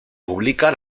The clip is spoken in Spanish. publica